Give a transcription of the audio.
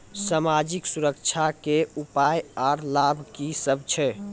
समाजिक सुरक्षा के उपाय आर लाभ की सभ छै?